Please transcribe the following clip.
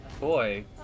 boy